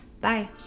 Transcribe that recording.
Bye